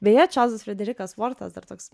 beje čarlzas frederikas vortas dar toks